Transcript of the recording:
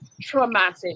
traumatic